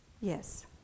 Yes